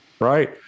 Right